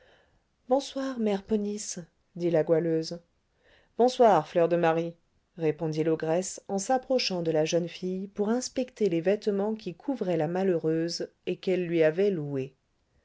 bonsoir mère ponisse dit la goualeuse bonsoir fleur de marie répondit l'ogresse en s'approchant de la jeune fille pour inspecter les vêtements qui couvraient la malheureuse et qu'elle lui avait loués